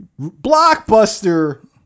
blockbuster